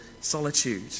solitude